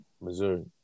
Missouri